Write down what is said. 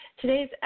Today's